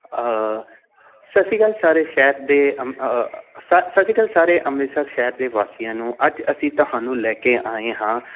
ਸਤਿ ਸ਼੍ਰੀ ਅਕਾਲ ਸਾਰੇ ਸ਼ਹਿਰ ਦੇ ਸ ਸਤਿ ਸ਼੍ਰੀ ਅਕਾਲ ਸਾਰੇ ਅੰਮ੍ਰਿਤਸਰ ਸ਼ਹਿਰ ਦੇ ਵਾਸੀਆਂ ਨੂੰ ਅੱਜ ਅਸੀਂ ਤੁਹਾਨੂੰ ਲੈ ਕੇ ਆਏ ਹਾਂ